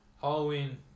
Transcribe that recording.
Halloween